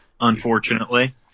Unfortunately